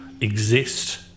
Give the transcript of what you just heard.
exist